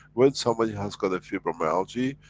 when somebody has got a fibromyalgia,